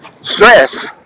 stress